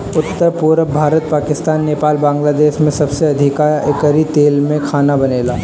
उत्तर, पुरब भारत, पाकिस्तान, नेपाल, बांग्लादेश में सबसे अधिका एकरी तेल में खाना बनेला